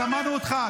שמענו אותך,